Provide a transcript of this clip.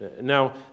Now